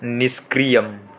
निष्क्रियम्